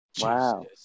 Wow